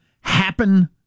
Happen